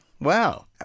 Wow